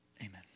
Amen